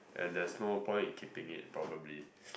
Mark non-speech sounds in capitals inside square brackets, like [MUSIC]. and there's no point in keeping it probably [NOISE]